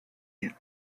you